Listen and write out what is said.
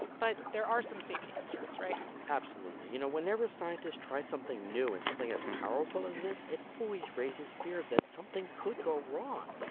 but there are some safety concerns, right? absolutely. you know, whenever scientists try something new and something as powerful as this, it always raises fears that something could go wrong.